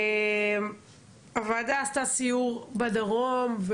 הוועדה עשתה סיור בדרום,